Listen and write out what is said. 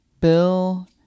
Bill